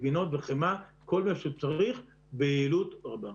גבינות וחמאה וכל מה שהוא צריך ביעילות רבה.